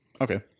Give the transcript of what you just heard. okay